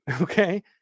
Okay